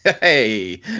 Hey